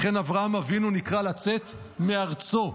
לכן אברהם נקרא לצאת מארצו.